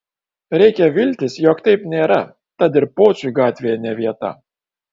reikia viltis jog taip nėra tad ir pociui gatvėje ne vieta